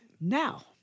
Now